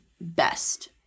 best